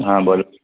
હા બોલો